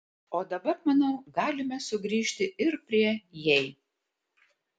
o dabar manau galime sugrįžti ir prie jei